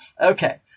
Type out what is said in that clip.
Okay